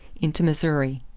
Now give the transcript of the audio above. into missouri.